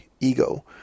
ego